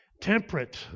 Temperate